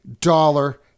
dollar